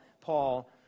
Paul